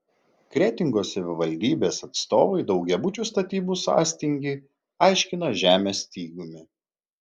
kretingos savivaldybės atstovai daugiabučių statybų sąstingį aiškina žemės stygiumi